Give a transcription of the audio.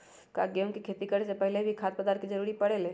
का गेहूं के खेती करे से पहले भी खाद्य पदार्थ के जरूरी परे ले?